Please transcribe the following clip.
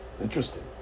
Interesting